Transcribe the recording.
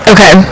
Okay